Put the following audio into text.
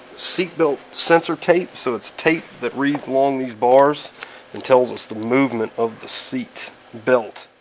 seatbelt sensor tape. so it's tape that reads along these bars and tells us the movement of the seat belt.